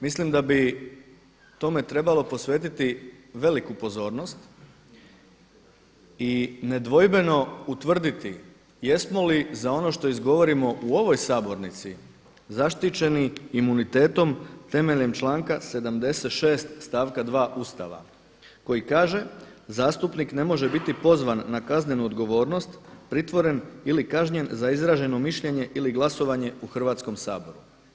Mislim da bi tome trebalo posvetiti veliku pozornost i nedvojbeno utvrditi jesmo li za ono što izgovorimo u ovoj sabornici zaštićeni imunitetom temeljem članka 76. stavka 2. Ustava koji kaže „Zastupnik ne može biti pozvan na kaznenu odgovornost, pritvoren ili kažnjen za izraženo mišljenje ili glasovanje u Hrvatskom saboru“